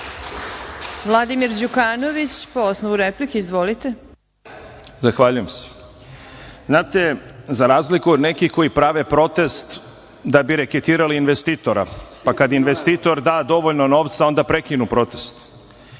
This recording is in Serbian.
Zahvaljujem se.Za razliku od nekih koji prave protest da bi reketirali investitora, pa kad investitor da dovoljno novca onda prekinu protest